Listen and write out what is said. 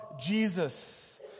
Jesus